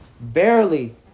Barely